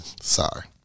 Sorry